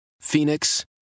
Phoenix